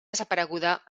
desapareguda